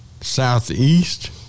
Southeast